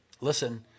Listen